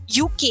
UK